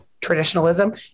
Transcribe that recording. traditionalism